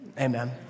Amen